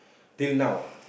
till now ah